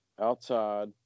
outside